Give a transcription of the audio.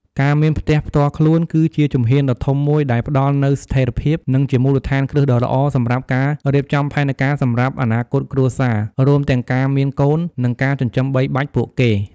ការមាន ផ្ទះផ្ទាល់ខ្លួន គឺជាជំហានដ៏ធំមួយដែលផ្ដល់នូវ ស្ថេរភាព និងជា មូលដ្ឋានគ្រឹះដ៏ល្អ សម្រាប់ការរៀបចំផែនការសម្រាប់អនាគតគ្រួសារ រួមទាំងការមានកូន និងការចិញ្ចឹមបីបាច់ពួកគេ។